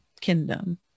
kingdom